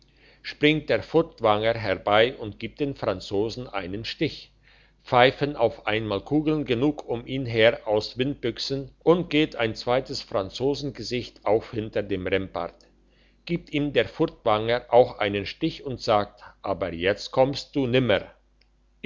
springt der furtwanger herbei und gibt dem franzosen einen stich pfeifen auf einmal kugeln genug um ihn her aus windbüchsen und geht ein zweites franzosengesicht auf hinter dem rempart gibt ihm der furtwanger auch einen stich und sagt aber jetzt kommst du nimmer